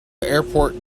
airport